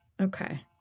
Okay